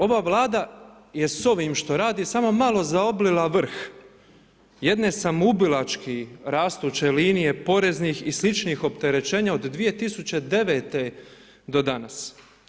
Ova Vlada je s ovim što radi samo malo zaoblila vrh jedne samoubilački rastuće linije poreznih i sličnih opterećenja od 2009. do danas.